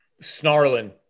snarling